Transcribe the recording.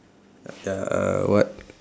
ya uh what